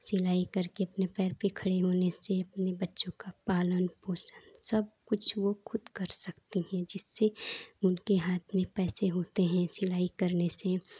सिलाई करके अपने पैर पे खड़े होने से अपने बच्चों का पालन पोषण सब कुछ वो खुद कर सकते हैं जिससे उनके हाथ में पैसे होते हैं सिलाई करने की